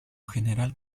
general